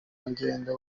ngendo